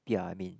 ya I mean